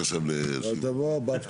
מה זה?